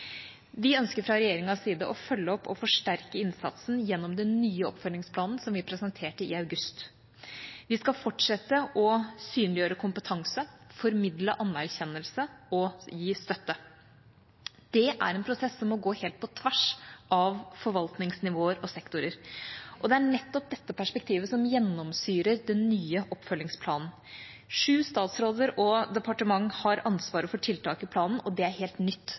Vi ønsker fra regjeringas side å følge opp og forsterke innsatsen gjennom den nye oppfølgingsplanen som vi presenterte i august. Vi skal fortsette å synliggjøre kompetanse, formidle anerkjennelse og gi støtte. Det er en prosess som må gå på tvers av forvaltningsnivåer og sektorer, og det er nettopp dette perspektivet som gjennomsyrer den nye oppfølgingsplanen. Sju statsråder og departement har ansvaret for tiltak i planen, og det er helt nytt